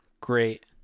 great